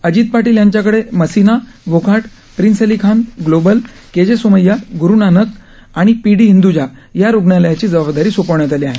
अजित पाटील यांच्याकडे Masina Wockhardt Prince Ali Khan Global K J Somaiya Guru Nanak इ आणि पी डी हिंद्जा या रुग्णालयांची जबाबदारी सोपवण्यात आली आहे